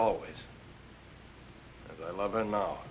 always i love and no